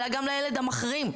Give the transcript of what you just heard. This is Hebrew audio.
אלא גם לילד המחרים,